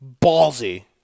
Ballsy